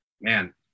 man